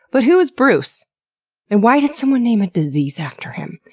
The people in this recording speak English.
but who was bruce and why did someone name a disease after him?